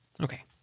Okay